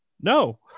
No